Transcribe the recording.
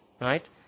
right